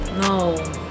no